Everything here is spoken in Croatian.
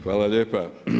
Hvala lijepa.